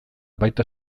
baita